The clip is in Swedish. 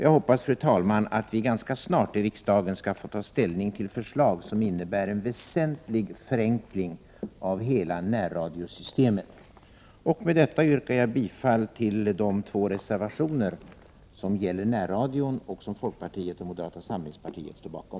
Jag hoppas, fru talman, att vi ganska snart i riksdagen skall få ta ställning till förslag som innebär en väsentlig förenkling av hela närradiosystemet. Med detta yrkar jag bifall till de två reservationer som gäller närradion och som folkpartiet och moderata samlingspartiet står bakom.